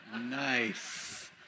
Nice